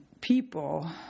people